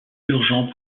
urgent